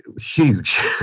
huge